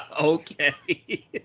Okay